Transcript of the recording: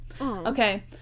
Okay